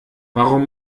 warum